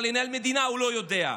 אבל לנהל מדינה הוא לא יודע.